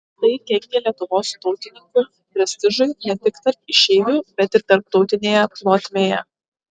tai kenkė lietuvos tautininkų prestižui ne tik tarp išeivių bet ir tarptautinėje plotmėje